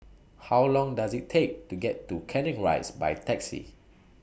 How Long Does IT Take to get to Canning Rise By Taxi